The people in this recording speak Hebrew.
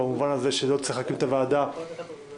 במובן הזה שלא צריך להקים את הוועדה עדיין,